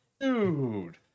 dude